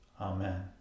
Amen